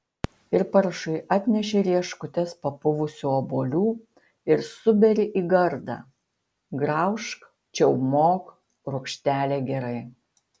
ir paršui atneši rieškutes papuvusių obuolių ir suberi į gardą graužk čiaumok rūgštelė gerai